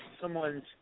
someone's